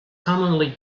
commonly